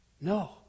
No